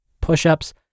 push-ups